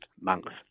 monks